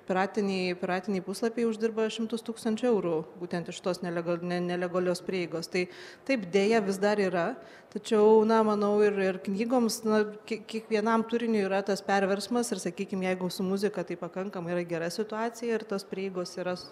piratiniai piratiniai puslapiai uždirba šimtus tūkstančių eurų būtent iš tos nelegal ne nelegalios prieigos tai taip deja vis dar yra tačiau na manau ir ir knygoms na kiek kiekvienam turiniui yra tas perversmas ir sakykim jeigu su muzika tai pakankamai yra gera situacija ir tos prieigos yra